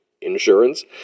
insurance